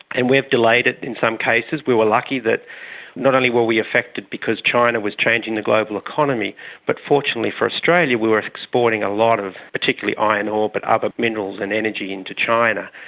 and we have delayed it in some cases. we were lucky that not only were we affected because china was changing the global economy but fortunately for australia we were exporting a lot of particularly iron ore but other minerals and energy into china,